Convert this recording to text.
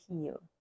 heal